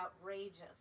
outrageous